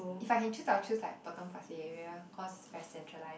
if I can choose I'll choose like Potong-Pasir area cause very centralised